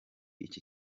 iki